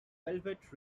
velvet